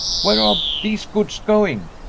where are these goods going?